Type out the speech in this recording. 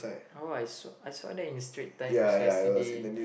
how I saw I saw that in Straits Times yesterday